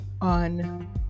on